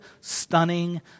stunning